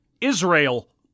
Israel